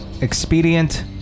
Expedient